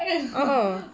uh uh